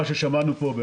מה ששמענו פה,